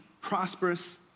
prosperous